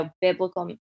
biblical